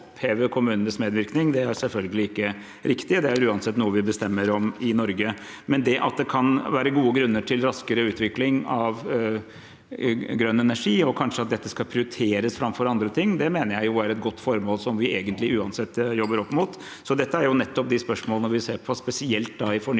kommunenes medvirkning. Det er selvfølgelig ikke riktig. Det er uansett noe vi bestemmer i Norge. Det at det kan være gode grunner til raskere utvikling av grønn energi, og kanskje at dette skal prioriteres framfor andre ting, mener jeg er et godt formål vi egentlig uansett jobber opp mot. Dette er nettopp de spørsmålene vi ser på, spesielt i